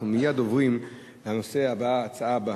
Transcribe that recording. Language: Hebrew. אנחנו מייד עוברים לנושא הבא, ההצעה הבאה.